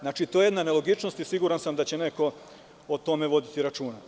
Znači, to je jedna nelogičnost i sigurna sam da će neko o tome voditi računa.